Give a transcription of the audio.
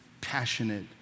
passionate